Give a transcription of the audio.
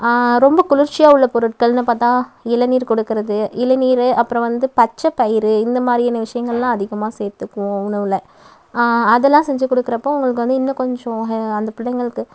ரொம்ப குளிர்ச்சியாக உள்ள பொருட்கள்னு பார்த்தா இளநீர் கொடுக்கிறது இளநீர் அப்புறோம் வந்து பச்சை பயிறு இந்த மாதிரியான விஷயங்கள்லாம் அதிகமாக சேர்த்துக்குவோம் உணவில் அதெல்லாம் செஞ்சு கொடுக்குறப்போ அவங்களுக்கு வந்து இன்னும் கொஞ்சம் அந்த பிள்ளைங்களுக்கு